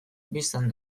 bistan